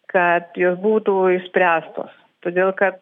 kad jos būtų išspręstos todėl kad